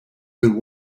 good